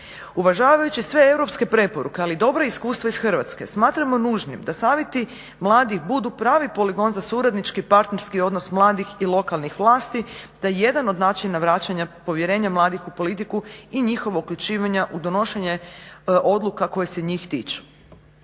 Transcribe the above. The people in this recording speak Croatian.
Uvažavajući sve europske preporuke ali dobra iskustva iz Hrvatske smatramo nužnim da savjeti mladih budu pravi poligon za suradnički partnerski odnos mladih i lokalnih vlasti, da je jedan od načina vraćanja povjerenja mladih u politiku i njihovo uključivanje u donošenje odluka koje se njih tiču.